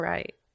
Right